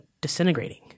disintegrating